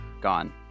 gone